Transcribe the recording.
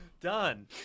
Done